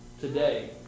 today